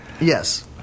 Yes